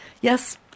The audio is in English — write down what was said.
Yes